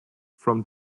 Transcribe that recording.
from